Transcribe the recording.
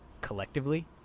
collectively